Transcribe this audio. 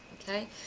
Okay